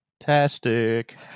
Fantastic